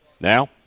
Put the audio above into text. now